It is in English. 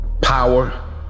power